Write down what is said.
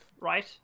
right